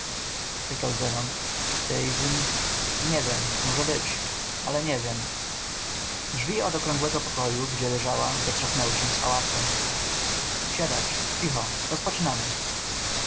pytał zenon daisy nie wiem może być ale nie wiem drzwi od okrągłego pokoju gdzie leżała zatrzasnęły się z hałasem siadać cicho rozpoczynamy